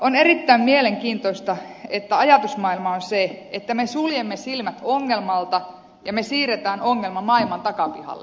on erittäin mielenkiintoista että ajatusmaailma on se että me suljemme silmät ongelmalta ja me siirrämme ongelman maailman takapihalle